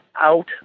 out